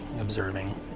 observing